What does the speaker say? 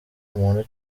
umuntu